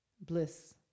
bliss